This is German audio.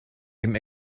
dem